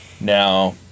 Now